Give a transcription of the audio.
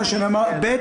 מה שנאמר לנו בעל-פה.